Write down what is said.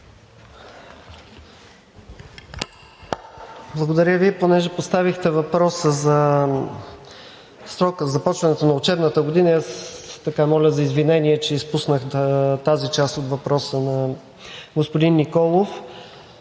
Благодаря Ви. Понеже поставихте въпроса за срока за започването на учебната година и аз моля за извинение, че изпуснах тази част от въпроса на господин Николов.